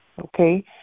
okay